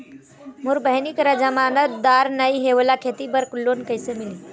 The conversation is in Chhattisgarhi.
मोर बहिनी करा जमानतदार नई हे, ओला खेती बर लोन कइसे मिलही?